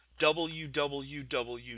WWW